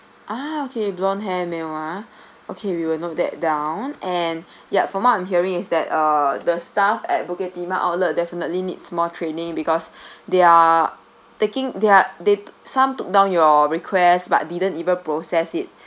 ah okay blonde hair male ah okay we will note that down and yup from what I'm hearing is that uh the staff at bukit timah outlet definitely needs more training because they are taking their they some took down your request but didn't even process it